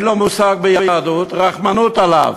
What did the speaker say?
אין לו מושג ביהדות, רחמנות עליו.